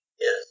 Yes